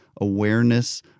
awareness